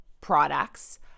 products